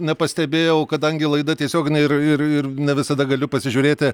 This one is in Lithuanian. nepastebėjau kadangi laida tiesioginė ir ir ne visada galiu pasižiūrėti